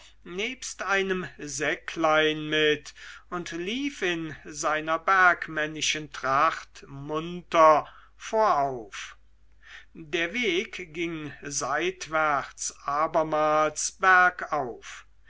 nebst einem säckchen mit und lief in seiner bergmännischen tracht munter vorauf der weg ging seitwärts abermals bergauf